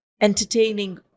entertaining